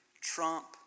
Trump